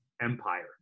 empire